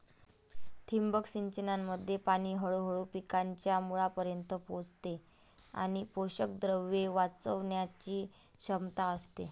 ठिबक सिंचनामध्ये पाणी हळूहळू पिकांच्या मुळांपर्यंत पोहोचते आणि पोषकद्रव्ये वाचवण्याची क्षमता असते